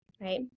right